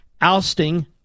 ousting